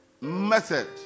method